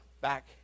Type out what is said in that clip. back